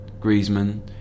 Griezmann